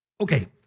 Okay